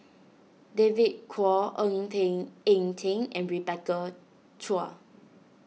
David Kwo Ng Teng Eng Teng and Rebecca Chua